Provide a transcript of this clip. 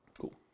Cool